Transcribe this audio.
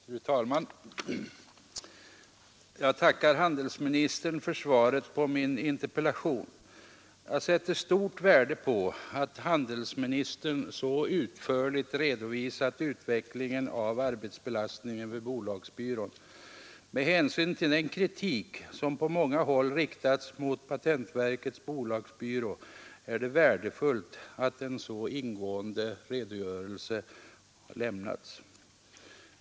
Fru talman! Jag tackar handelsministern för svaret på min interpellation. Jag sätter stort värde på att handelsministern så utförligt redovisat utvecklingen av arbetsbelastningen vid bolagsbyrån. Med hänsyn till den kritik, som på många håll riktats mot patentverkets bolagsbyrå, är det värdefullt att en så ingående redogörelse lämnats.